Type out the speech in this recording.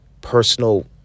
personal